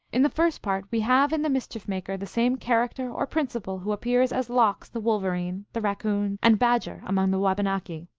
in the first part we have in the mischief maker the same character or principle who appears as lox, the wolverine, the kaccoon, and badger among the wabanaki.